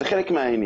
זה חלק מהעניין.